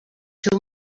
seu